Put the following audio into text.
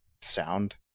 sound